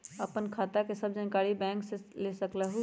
आपन खाता के सब जानकारी बैंक से ले सकेलु?